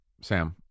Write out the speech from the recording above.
Sam